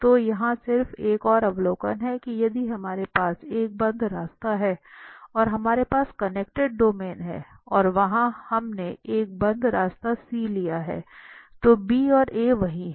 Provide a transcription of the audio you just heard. तो यहाँ सिर्फ एक और अवलोकन है कि यदि हमारे पास एक बंद रास्ता है और हमारे पास कनेक्टेड डोमेन है और वहां हमने एक बंद रास्ता C लिया है तो b और a वही हैं